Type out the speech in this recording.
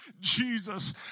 Jesus